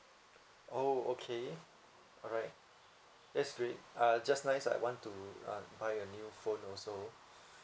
oh okay alright that's great uh just nice I want to uh buy a new phone also